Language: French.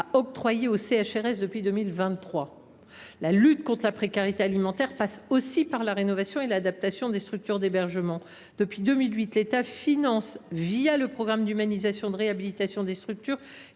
sociale (CHRS) depuis 2023. La lutte contre la précarité alimentaire passe aussi par la rénovation et l’adaptation des structures d’hébergement. Depuis 2008, l’État finance, le programme d’humanisation et de réhabilitation des structures,